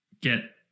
get